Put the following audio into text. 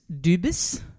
Dubis